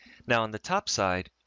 now on the top side,